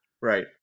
Right